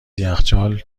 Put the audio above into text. یخچال